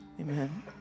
Amen